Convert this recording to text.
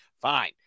fine